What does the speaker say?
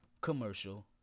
commercial